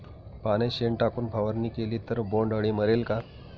पाण्यात शेण टाकून फवारणी केली तर बोंडअळी मरेल का?